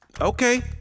okay